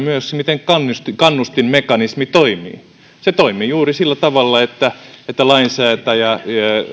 myös miten kannustinmekanismi toimii se toimii juuri sillä tavalla että että lainsäätäjä